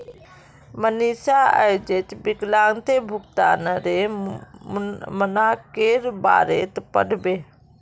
मनीषा अयेज विलंबित भुगतानेर मनाक्केर बारेत पढ़बे